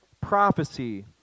prophecy